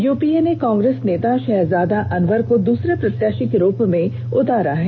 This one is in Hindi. यूपीए ने कांग्रेस नेता षहजादा अनवर को दूसरे प्रत्याषी के रूप में उतारा है